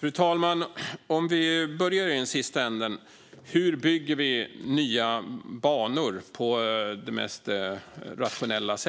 Fru talman! Låt oss börja i slutet med hur vi bygger nya banor mest rationellt.